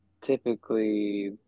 typically